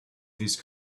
these